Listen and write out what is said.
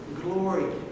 glory